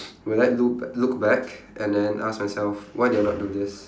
will I loo~ b~ look back and then ask myself why did I not do this